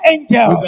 Angel